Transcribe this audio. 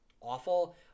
awful